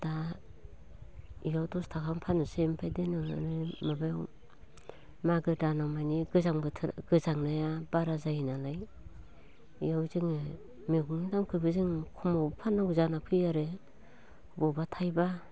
दा इयाव दसथाखानि फाननोसै ओमफ्राय देनां आरो माबायाव मागो दानाव मानि गोजां बोथोर गोजांनाया बारा जायोनालाय इयाव जोङो मैगंनि दामखौबो जोङो खमावनो फाननानै जानांगौ जानानै फैयो आरो बबेबा थायबा